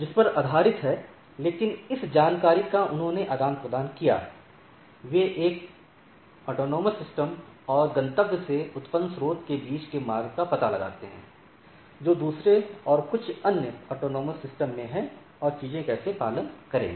इस पर आधारित है लेकिन इस जानकारी का उन्होंने आदान प्रदान किया वे एक स्वायत्त प्रणाली और गंतव्य से उत्पन्न स्रोत के बीच के मार्ग का पता लगाते हैं जो दूसरे और कुछ अन्य स्वायत्त प्रणालियों में है और चीजें कैसे पालन करेंगी